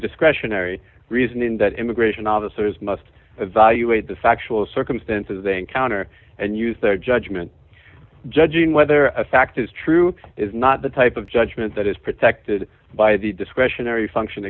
discretionary reasoning that immigration officers must evaluate the factual circumstances they encounter and use their judgment judging whether a fact is true is not the type of judgment that is protected by the discretionary function